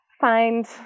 find